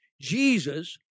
Jesus